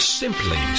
simply